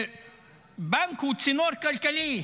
ובנק הוא צינור כלכלי,